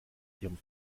ihrem